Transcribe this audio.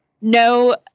no